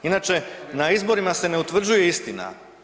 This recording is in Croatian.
Inače na izborima se ne utvrđuje istina.